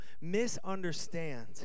misunderstand